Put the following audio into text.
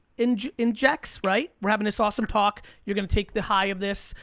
and injects right? we're having this awesome talk. you're gonna take the high of this.